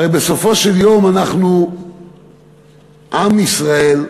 הרי בסופו של יום אנחנו עם ישראל,